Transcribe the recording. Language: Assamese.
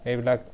এইবিলাক